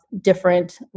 different